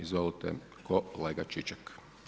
Izvolite kolega Čičak.